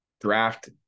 draft